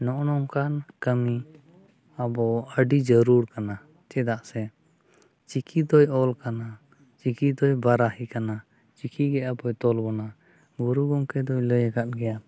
ᱱᱚᱜᱼᱚ ᱱᱚᱝᱠᱟᱱ ᱠᱟᱹᱢᱤ ᱟᱵᱚ ᱟᱹᱰᱤ ᱡᱟᱹᱨᱩᱨ ᱠᱟᱱᱟ ᱪᱮᱫᱟᱜ ᱥᱮ ᱪᱤᱠᱤ ᱫᱚᱭ ᱚᱞ ᱠᱟᱱᱟ ᱪᱤᱠᱤ ᱫᱚᱭ ᱵᱟᱨᱟᱦᱤ ᱠᱟᱱᱟ ᱪᱤᱠᱤᱜᱮ ᱟᱵᱚᱭ ᱛᱚᱞ ᱵᱚᱱᱟ ᱜᱩᱨᱩ ᱜᱚᱢᱠᱮ ᱫᱚᱭ ᱞᱟᱹᱭᱟᱠᱟᱫ ᱜᱮᱭᱟ